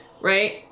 right